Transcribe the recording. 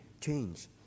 change